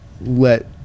let